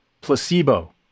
placebo